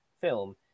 film